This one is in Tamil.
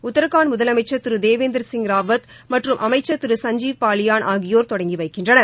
உத்தராகான்ட் முதலனமச்சர் திரு தேவேந்திர சிங் ராவத் மற்றும் அமைச்சர் திரு சஞ்சீவ் பாலியாள் அகியோர் தொடங்கி வைக்கின்றனர்